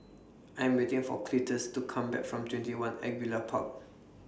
I Am waiting For Cletus to Come Back from TwentyOne Angullia Park